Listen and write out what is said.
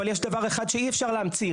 אבל יש דבר אחד שאי אפשר להמציא,